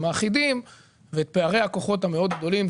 האחידים ואת פערי הכוחות המאוד גדולים.